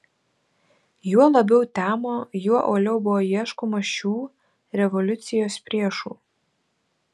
juo labiau temo juo uoliau buvo ieškoma šių revoliucijos priešų